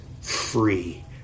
free